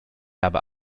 habe